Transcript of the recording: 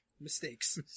Mistakes